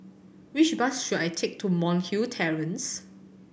which bus should I take to Monk's Hill Terrace